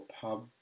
pub